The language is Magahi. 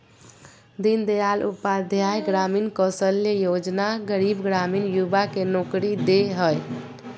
दीन दयाल उपाध्याय ग्रामीण कौशल्य योजना गरीब ग्रामीण युवा के नौकरी दे हइ